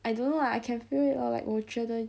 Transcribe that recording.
I don't know lah I can feel it lor like 我觉得